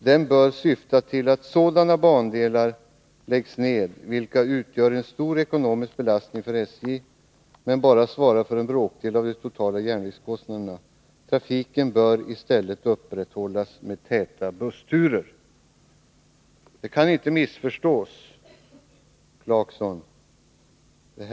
Den bör syfta till att sådana bandelar läggs ned vilka utgör en stor ekonomisk belastning för SJ men bara svarar för en bråkdel av de totala järnvägskostnaderna. Trafiken bör i stället upprätthållas med täta bussturer.” Detta kan inte missförstås, Rolf Clarkson.